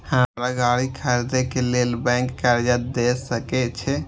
हमरा गाड़ी खरदे के लेल बैंक कर्जा देय सके छे?